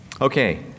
Okay